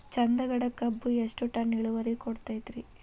ಚಂದಗಡ ಕಬ್ಬು ಎಷ್ಟ ಟನ್ ಇಳುವರಿ ಕೊಡತೇತ್ರಿ?